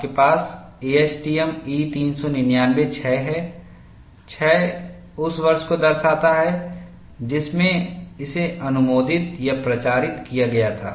आपके पास ASTM E399 06 है 06 उस वर्ष को दर्शाता है जिसमें इसे अनुमोदित या प्रचारित किया गया था